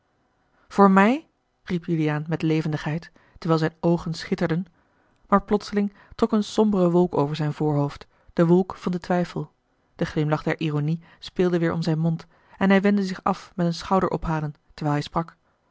voor mij riep juliaan met levendigheid terwijl zijne oogen schitterden maar plotseling trok een sombere wolk over zijn voorhoofd de wolk van den twijfel de glimlach der ironie speelde weêr om zijn mond en hij wendde zich af met een schouderophalen terwijl hij sprak